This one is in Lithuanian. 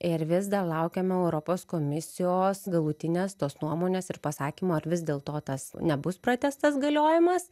ir vis dar laukiame europos komisijos galutinės tos nuomonės ir pasakymo ar vis dėl to tas nebus pratęstas galiojimas